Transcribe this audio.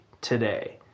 today